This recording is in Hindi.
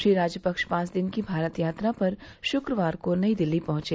श्री राजपक्ष पांच दिन की भारत यात्रा पर गुक्रवार को नई दिल्ली पहुंचे